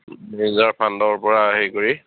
নিজৰ ফাণ্ডৰ পৰা হেৰি কৰি